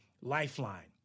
Lifeline